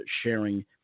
sharing